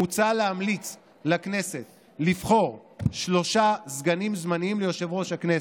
מוצע להמליץ לכנסת לבחור שלושה סגנים זמניים ליושב-ראש הכנסת: